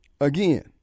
again